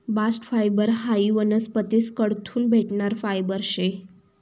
bast fibre हायी वनस्पतीस कडथून भेटणारं फायबर शे